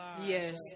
Yes